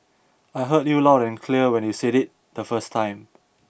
I heard you loud and clear when you said it the first time